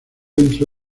entre